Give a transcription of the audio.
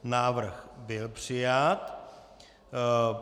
Návrh byl přijat.